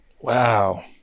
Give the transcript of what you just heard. wow